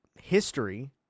history